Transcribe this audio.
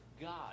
God